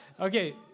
Okay